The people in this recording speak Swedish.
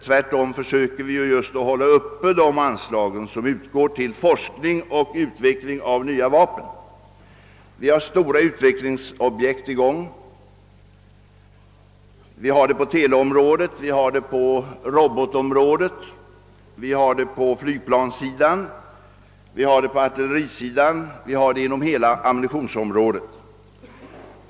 Tvärtom försöker vi just hålla uppe de anslag som utgår till forskning och utveckling av nya vapen. Stora utvecklingsprojekt är sålunda i gång på teleområdet, robotområdet, flygplanssidan, artillerisidan och hela ammunitionsområdet.